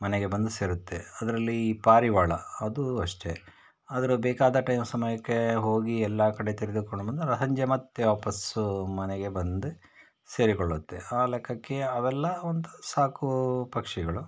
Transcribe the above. ಮನೆಗೆ ಬಂದು ಸೇರುತ್ತೆ ಅದರಲ್ಲಿ ಪಾರಿವಾಳ ಅದು ಅಷ್ಟೇ ಅದರ ಬೇಕಾದ ಟೈಮ್ ಸಮಯಕ್ಕೆ ಹೋಗಿ ಎಲ್ಲ ಕಡೆ ತಿರ್ಗಾಕ್ಕೊಂಡು ಬಂದು ಸಂಜೆ ಮತ್ತೆ ವಾಪಸ್ ಮನೆಗೆ ಬಂದು ಸೇರಿಕೊಳ್ಳುತ್ತೆ ಆ ಲೆಕ್ಕಕ್ಕೆ ಅವೆಲ್ಲ ಒಂದು ಸಾಕು ಪಕ್ಷಿಗಳು